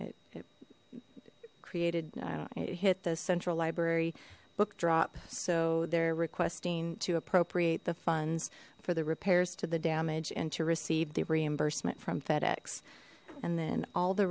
it created it hit the central library book drop so they're requesting to appropriate the funds for the repairs to the damage and to receive the reimbursement from fedex and then all the